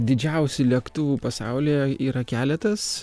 didžiausių lėktuvų pasaulyje yra keletas